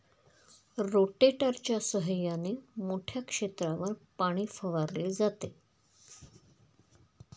रोटेटरच्या सहाय्याने मोठ्या क्षेत्रावर पाणी फवारले जाते